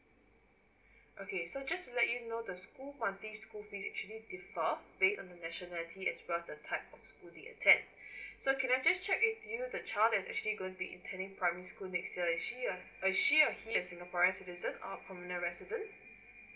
okay so just to let you know the school school fee actually differ based on the nationality as well the type of school he attend so can I just check with you the child is actually going to be attending primary school next year is he or she is a singaporeans citizen or primary resident